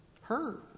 hurt